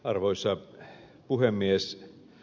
arvoisa puhemies